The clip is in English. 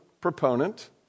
proponent